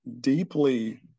deeply